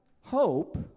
hope